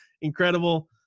incredible